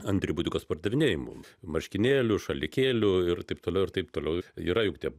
atributikos pardavinėjimų marškinėlių šalikėlių ir taip toliau ir taip toliau yra juk tie